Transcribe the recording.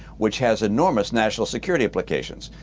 which has enormous national security implications.